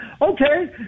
Okay